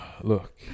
Look